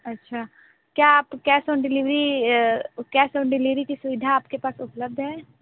अच्छा क्या आप cash on delivery cash on delivery की सुविधा आपके पास उपलब्ध है